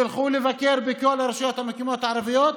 תלכו לבקר בכל הרשויות המקומיות הערביות,